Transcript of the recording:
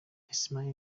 ismaila